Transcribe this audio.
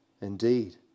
indeed